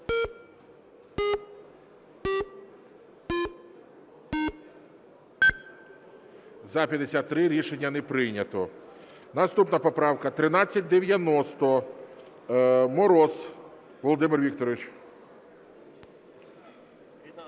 За-53 Рішення не прийнято. Наступна поправка 1390. Мороз Володимир Вікторович.